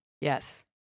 Yes